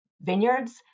vineyards